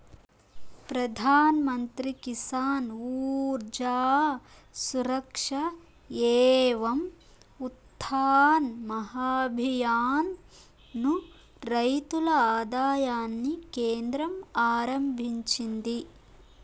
ప్రధాన్ మంత్రి కిసాన్ ఊర్జా సురక్ష ఏవం ఉత్థాన్ మహాభియాన్ ను రైతుల ఆదాయాన్ని కేంద్రం ఆరంభించింది